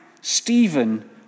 Stephen